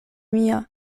mia